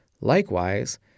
Likewise